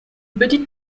petite